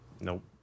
Nope